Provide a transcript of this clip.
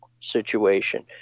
situation